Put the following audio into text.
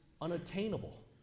unattainable